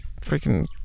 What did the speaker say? freaking